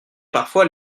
parfois